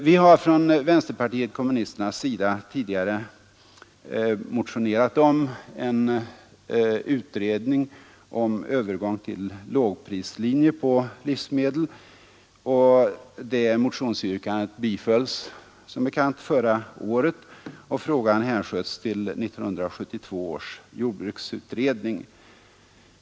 Vi har från vänsterpartiet kommunisternas sida tidigare motionerat om en utredning om övergång till lågprislinje på livsmedel. Detta motionsyrkande bifölls som bekant förra året. Frågan hänsköts till 1972 års jordbruksutredning.